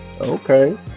Okay